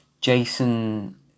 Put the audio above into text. Jason